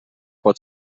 pot